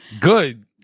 good